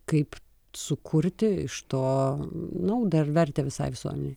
kaip sukurti iš to naudą ir vertę visai visuomenei